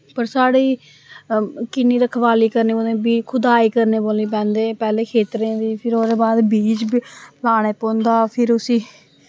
पर साढ़ी किन्नी रखवाली करने पौंदी बीऽ खदाई करने पौंदी पैह्लें पैह्लें खेत्तरें दी फिर ओह्दे बाद बीऽ लान्ने पौंदा फिर उस्सी